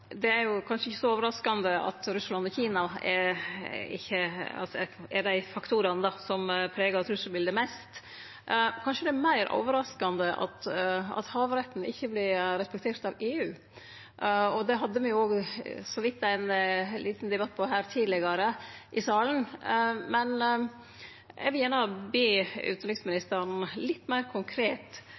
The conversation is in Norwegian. Det er kanskje ikkje så overraskande at Russland og Kina er dei faktorane som pregar trusselbiletet mest. Det er kanskje meir overraskande at havretten ikkje vert respektert av EU. Det hadde me jo så vidt ein liten debatt om tidlegare her i salen, men eg vil gjerne be utanriksministeren om å vere litt meir konkret